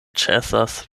ĉesas